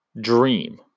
dream